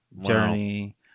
journey